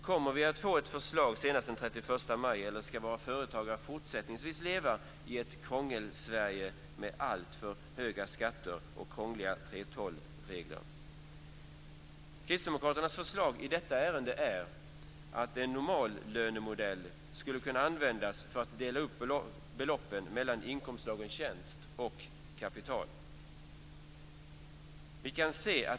Kommer vi att få ett förslag senast den 31 maj eller ska våra företagare fortsättningsvis leva i ett Krångel Sverige med alltför höga skatter och krångliga 3:12 regler? Kristdemokraternas förslag i detta ärende är att en normallönemodell ska kunna användas för att dela upp beloppen mellan inkomstslagen tjänst och kapital.